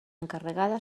encarregada